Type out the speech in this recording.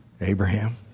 Abraham